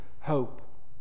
hope